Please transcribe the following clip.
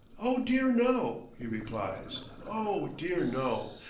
oh dear, no! he replies. oh dear, no!